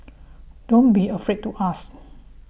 don't be afraid to ask